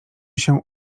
się